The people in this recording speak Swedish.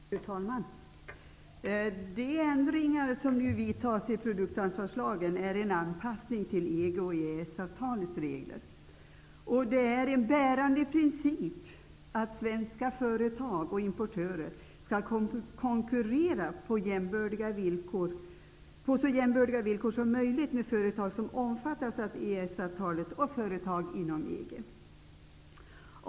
Fru talman! De ändringar som nu vidtas i produktansvarslagen är en anpassning till EG och EES-avtalets regler. Det är en bärande princip att svenska företag och importörer skall konkurrera på så jämbördiga villkor som möjligt med företag som omfattas av EES-avtalet och företag inom EG.